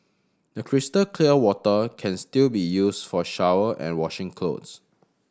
the crystal clear water can still be used for shower and washing cloth